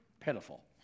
Pitiful